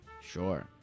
Sure